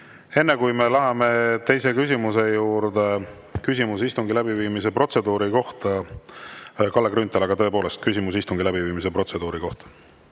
Enne kui me läheme teise küsimuse juurde, on küsimus istungi läbiviimise protseduuri kohta. Kalle Grünthal, aga tõepoolest, küsimus istungi läbiviimise protseduuri kohta.